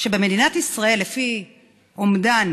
שבמדינת ישראל, לפי אומדן